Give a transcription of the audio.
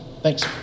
Thanks